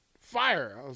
fire